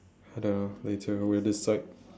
I don't know later we'll decide